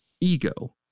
Ego